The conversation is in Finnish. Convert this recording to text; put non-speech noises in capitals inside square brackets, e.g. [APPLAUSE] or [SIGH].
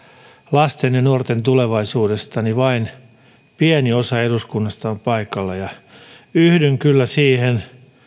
lasten ja nuorten tulevaisuudesta niin vain [UNINTELLIGIBLE] [UNINTELLIGIBLE] pieni osa eduskunnasta [UNINTELLIGIBLE] on paikalla yhdyn kyllä siihen